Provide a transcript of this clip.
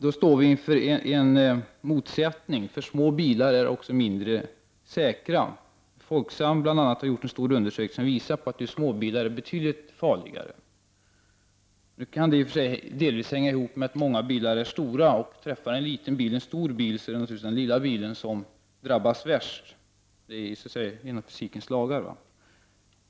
Då står man inför en motsättning, eftersom små bilar också är mindre säkra. Folksam har gjort en stor undersökning som visar att små bilar är betydligt farligare än stora bilar. Nu kan det delvis hänga ihop med att många bilar är stora, och om en stor krockar med en liten bil så är det naturligtvis den lilla bilen som drabbas värst. Det är så att säga inom fysikens lagar.